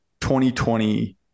2020